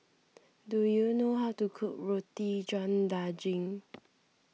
do you know how to cook Roti John Daging